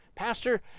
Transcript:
Pastor